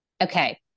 Okay